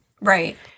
Right